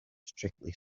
strictly